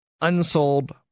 unsold